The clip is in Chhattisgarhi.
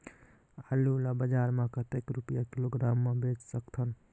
आलू ला बजार मां कतेक रुपिया किलोग्राम म बेच सकथन?